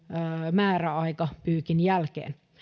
määräaikapyykin jälkeen